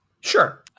Sure